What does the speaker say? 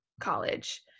college